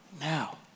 now